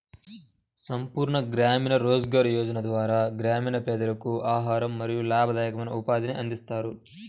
సంపూర్ణ గ్రామీణ రోజ్గార్ యోజన ద్వారా గ్రామీణ పేదలకు ఆహారం మరియు లాభదాయకమైన ఉపాధిని అందిస్తారు